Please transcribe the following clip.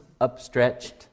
upstretched